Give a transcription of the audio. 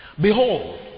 Behold